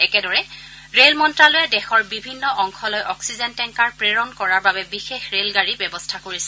একেদৰে ৰেল মন্ত্যালয়ে দেশৰ বিভিন্ন অংশলৈ অক্সিজেন টেংকাৰ প্ৰেৰণ কৰাৰ বাবে বিশেষ ৰেলগাড়ীৰ ব্যৱস্থা কৰিছে